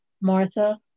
Martha